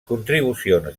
contribucions